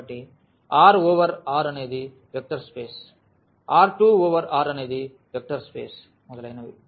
కాబట్టి R over R అనేది vector space R2 over R అనేది వెక్టర్ స్పేస్ మొదలైనవి